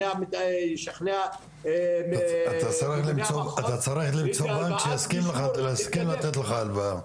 אשכנע --- אתה צריך למצוא בנק שיסכים לתת לך הלוואה.